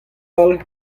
all